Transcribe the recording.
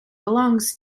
belongs